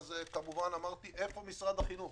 ואז אמרתי: איפה משרד החינוך?